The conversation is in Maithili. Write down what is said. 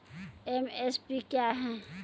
एम.एस.पी क्या है?